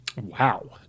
wow